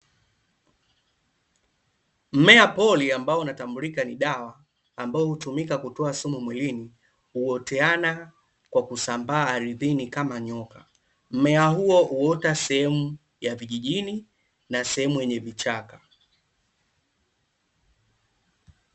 Mmea pori ambao unatambulika ni dawa, ambao hutumika kutoa sumu mwilini, huoteana kwa kusambaa ardhini kama nyoka. Mmea huo huota sehemu ya vijijini na sehemu yenye vichaka.